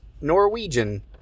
Norwegian